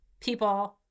people